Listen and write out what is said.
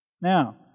Now